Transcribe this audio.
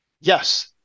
yes